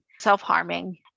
self-harming